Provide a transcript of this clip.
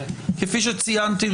כפי שציינתי,